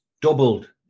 doubled